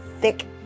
thick